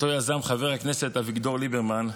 שאותו יזם חבר הכנסת אביגדור ליברמן,